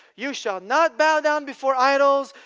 you shall not bow down before idols,